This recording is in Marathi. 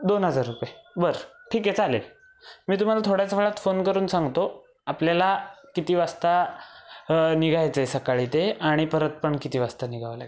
दोन हजार रुपये बरं ठीक आहे चालेल मी तुम्हाला थोड्याच वेळात फोन करून सांगतो आपल्याला किती वाजता निघायचं आहे सकाळी ते आणि परत पण किती वाजता निघावं लागेल